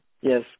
Yes